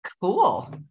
Cool